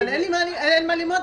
אין לי מה ללמוד.